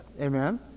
Amen